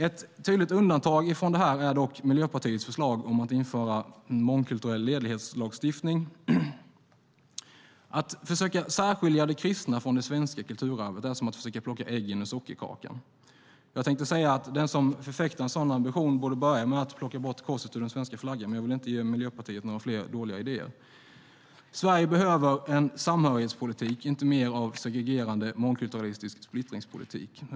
Ett tydligt undantag från detta är dock Miljöpartiets förslag om att införa mångkulturell ledighetslagstiftning. Att försöka särskilja det kristna från det svenska kulturarvet är som att försöka plocka äggen ur sockerkakan. Jag tänkte säga att den som förfäktar en sådan ambition borde börja med att plocka bort korset ur den svenska flaggan, men jag vill inte ge Miljöpartiet några fler dåliga idéer. Sverige behöver en samhörighetspolitik, inte mer av segregerande, mångkulturalistisk splittringspolitik.